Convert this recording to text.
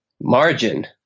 margin